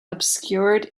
obscured